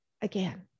again